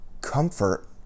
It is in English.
comfort